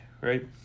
right